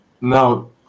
Now